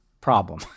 problem